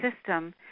system